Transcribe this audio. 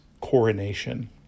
coronation